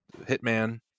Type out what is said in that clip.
hitman